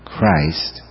Christ